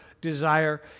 desire